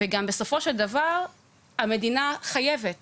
וגם בסופו של דבר המדינה חייבת